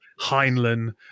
Heinlein